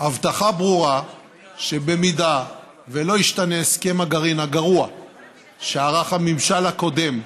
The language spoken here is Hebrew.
הבטחה ברורה שאם לא ישתנה הסכם הגרעין הגרוע שערך הממשל הקודם,